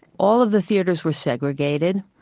all of the theaters were segregated.